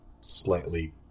slightly